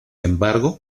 embargo